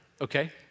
Okay